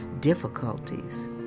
difficulties